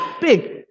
big